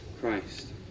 Christ